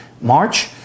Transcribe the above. March